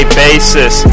basis